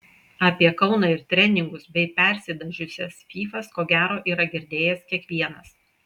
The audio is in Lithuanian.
apie kauną ir treningus bei persidažiusias fyfas ko gero yra girdėjęs kiekvienas